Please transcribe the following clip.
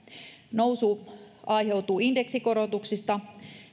nousu aiheutuu indeksikorotuksista